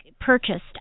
purchased